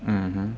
(uh huh)